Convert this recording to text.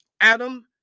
Adam